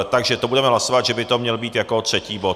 Takže to budeme hlasovat, že by to mělo být jako třetí bod.